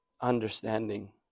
understanding